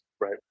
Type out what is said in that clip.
Right